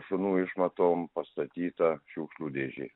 šunų išmatom pastatyta šiukšlių dėžė